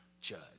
judge